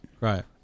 Right